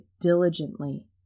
diligently